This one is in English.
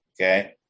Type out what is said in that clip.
Okay